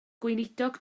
gweinidog